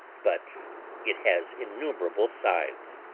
but it has innumerable sides.